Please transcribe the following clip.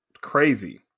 crazy